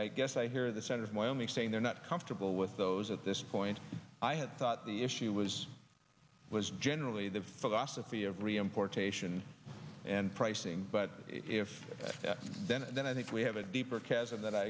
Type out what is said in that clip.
i guess i hear the senator from wyoming saying they're not comfortable with those at this point i had thought the issue was was generally the philosophy of reimportation and pricing but if then and then i think we have a deeper chasm that i